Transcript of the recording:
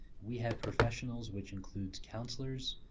we have professionals which includes, counsellors,